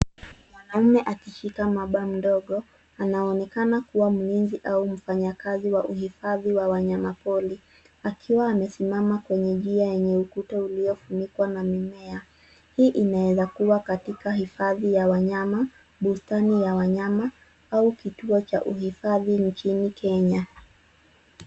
Mwanaume akishika mamba mdogo anaonekana kuwa mlinzi au mfanyakazi wa uhifadhi wa wanyama pori akiwa amesimama kwenye njia yenye ukuta uliofunikwa na mimea. Hii inaweza kuwa katika hifadhi ya wanyama, bustani ya wanyama au kituo cha uhifadhi nchini Kenya.